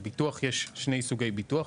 בביטוח יש שני סוגי ביטוח,